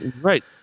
Right